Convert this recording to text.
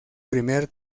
primer